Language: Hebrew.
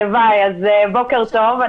בוקר טוב.